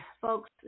Folks